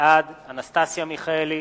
בעד אנסטסיה מיכאלי,